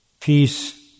peace